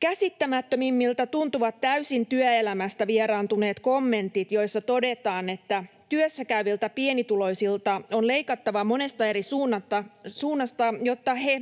Käsittämättömimmiltä tuntuvat täysin työelämästä vieraantuneet kommentit, joissa todetaan, että työssäkäyviltä pienituloisilta on leikattava monesta eri suunnasta, jotta he